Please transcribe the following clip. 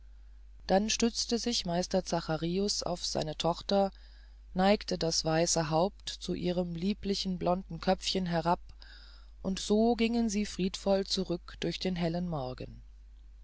dann stützte sich meister zacharins auf seine tochter neigte das weiße haupt zu ihrem lieblichen blonden köpfchen herab und so gingen sie friedvoll zurück durch den hellen morgen